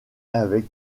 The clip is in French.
avec